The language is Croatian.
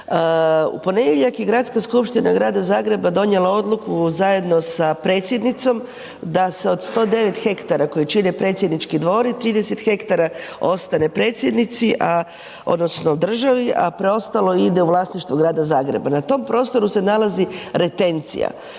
U ponedjeljak je Gradska skupština Grada Zagreba donijela odluku zajedno sa predsjednicom da se od 109 hektara koji čine predsjednički dvor i 30 hektara ostane predsjednici, odnosno državi, a preostalo ide u vlasništvo Grada Zagreba. Na tom prostoru se nalazi retencija,